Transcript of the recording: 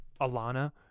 alana